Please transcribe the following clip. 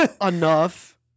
enough